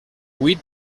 vuit